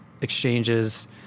exchanges